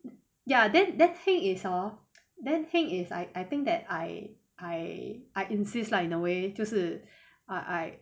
ya then then think is hor then think is I I think that I I I insist lah in a way 就是 I